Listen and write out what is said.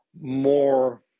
more